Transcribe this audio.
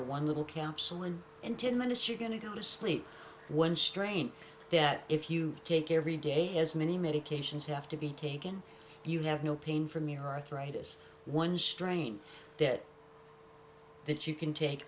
or one little capsule and in ten minutes you're going to go to sleep one strain that if you take every day as many medications have to be taken you have no pain from your arthritis one strain that that you can take